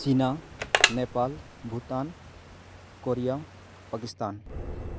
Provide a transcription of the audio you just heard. China Nepal Bhutan Korea Pakistan